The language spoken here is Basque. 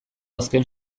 azken